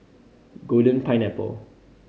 Golden Pineapple